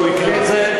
הוא הקריא את זה.